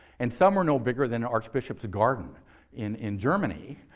and some were no bigger than archbishop's garden in in germany,